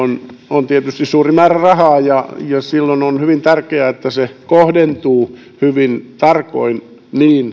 on tietysti suuri määrä rahaa ja silloin on hyvin tärkeää että se kohdentuu hyvin tarkoin niin